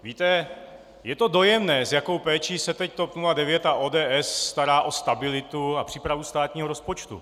Víte, je to dojemné, s jakou péčí se teď TOP 09 a ODS starají o stabilitu a přípravu státního rozpočtu.